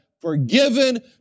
forgiven